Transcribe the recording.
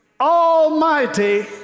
almighty